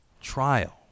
trial